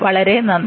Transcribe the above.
വളരെ നന്ദി